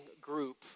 group